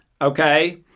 Okay